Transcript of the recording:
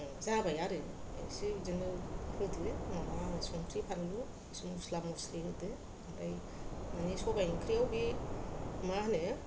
जाबाय आरो ओमफ्रायसो बिदिनो होदो माबा संख्रि फानलु मस्ला मस्लि होदो ओमफ्राय माने सबाय ओंख्रियाव बे मा होनो